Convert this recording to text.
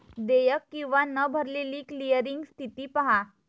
देयक किंवा न भरलेली क्लिअरिंग स्थिती पहा